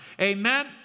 Amen